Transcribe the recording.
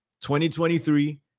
2023